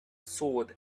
sword